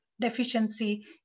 deficiency